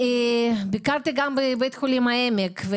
ביקרתי גם בבית חולים העמק.